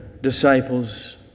disciples